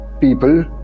people